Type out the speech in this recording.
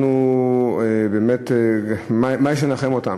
אנחנו, באמת, מה יש לנחם אותם?